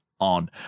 on